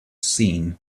seen